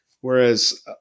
Whereas